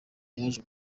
yaje